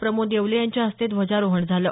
प्रमोद येवले यांच्या हस्ते ध्वजारोहण झालं